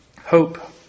hope